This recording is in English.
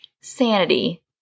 sanity